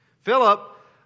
Philip